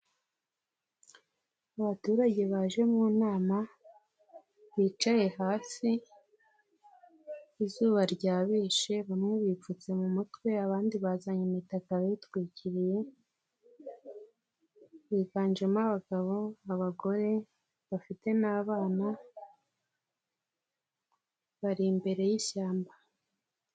Abaturage baje mu nama bicaye hasi; izuba rya bishe bamwe bipfutse mu mutwe, abandi bazanye imitata bitwikiriye; biganjemo abagabo, abagore bafite n'abana bari imbere yishyamba.